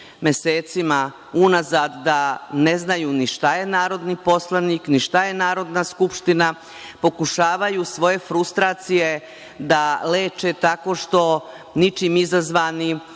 mesecima unazad da ne znaju ni šta je narodni poslanik, ni šta je Narodna skupština, pokušavaju svoje frustracije da leče tako što ničim izazvanim